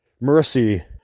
mercy